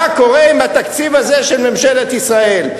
קורה עם התקציב הזה של ממשלת ישראל.